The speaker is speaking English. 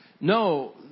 No